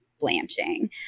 blanching